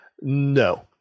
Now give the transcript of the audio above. no